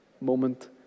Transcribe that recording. moment